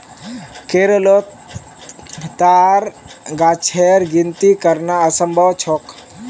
केरलोत ताड़ गाछेर गिनिती करना असम्भव छोक